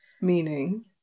Meaning